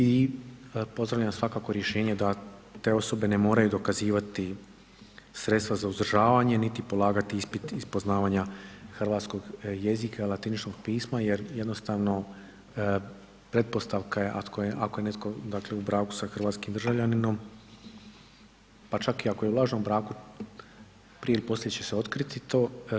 I pozdravljam svakako rješenje da te osobe ne moraju dokazivati sredstva za uzdržavanje niti polagati ispit iz poznavanja hrvatskog jezika i latiničnog pisma jer jednostavno pretpostavka je ako je neko u braku sa hrvatskim državljaninom pa čak ako je i u lažnom braku prije ili poslije će se otkriti to.